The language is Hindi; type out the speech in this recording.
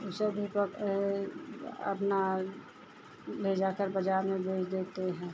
उसे भी अपना ले जाकर बाज़ार में बेच देते हैं